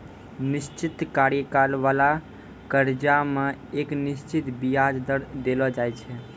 निश्चित कार्यकाल बाला कर्जा मे एक निश्चित बियाज दर देलो जाय छै